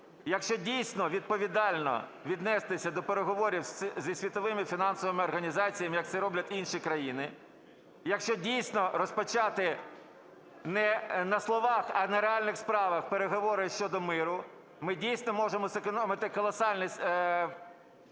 якщо дійсно відповідально віднестися до переговорів зі світовими фінансовими організаціям, як це роблять інші країни, якщо дійсно розпочати не на словах, а на реальних справах переговори щодо миру, ми дійсно можемо зекономити колосальні